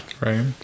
right